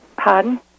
Pardon